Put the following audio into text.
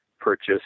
purchase